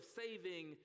saving